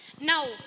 Now